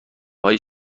های